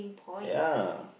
ya